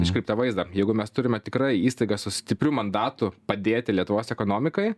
iškreiptą vaizdą jeigu mes turime tikrai įstaigą su stipriu mandatu padėti lietuvos ekonomikai